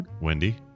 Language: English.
Wendy